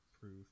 proof